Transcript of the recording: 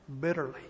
bitterly